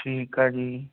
ਠੀਕ ਆ ਜੀ